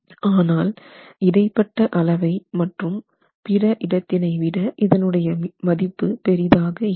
ஆனால் இடைப்பட்ட அளவை மற்றும் பிற இடத்தினை விட இதனுடைய மதிப்பு பெரிதாக இருக்கும்